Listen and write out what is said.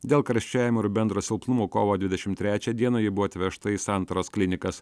dėl karščiavimo ir bendro silpnumo kovo dvidešimt trečią dieną ji buvo atvežta į santaros klinikas